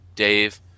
Dave